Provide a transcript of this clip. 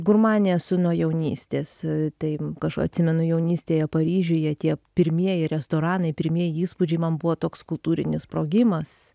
gurmanė esu nuo jaunystės tai ką aš atsimenu jaunystėje paryžiuje tie pirmieji restoranai pirmieji įspūdžiai man buvo toks kultūrinis sprogimas